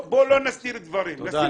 בואו לא נסתיר דברים, נשים אותם על השולחן.